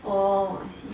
oh I see